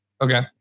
Okay